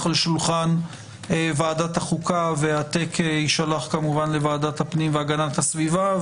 על שולחן ועדת החוקה והעתק יישלח כמובן לוועדת הפנים והגנת הסביבה.